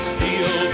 Steel